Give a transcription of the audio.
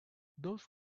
those